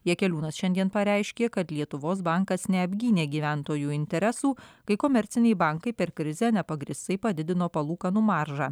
jakeliūnas šiandien pareiškė kad lietuvos bankas neapgynė gyventojų interesų kai komerciniai bankai per krizę nepagrįstai padidino palūkanų maržą